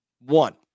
One